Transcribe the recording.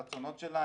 את הרצונות שלה,